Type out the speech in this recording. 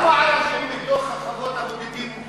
כמה ערבים מחוות הבודדים אישרתם?